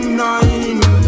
nine